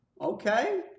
Okay